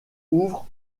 ouvre